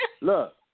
Look